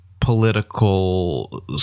political